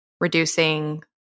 reducing